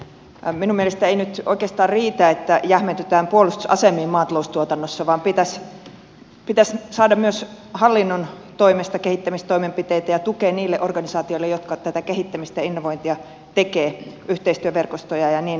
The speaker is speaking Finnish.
minun mielestäni ei nyt oikeastaan riitä että jähmetytään puolustusasemiin maataloustuotannossa vaan pitäisi saada myös hallinnon toimesta kehittämistoimenpiteitä ja tukea niille organisaatioille jotka tätä kehittämistä innovointia tekevät yhteistyöverkostoja ja niin edespäin